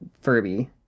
Furby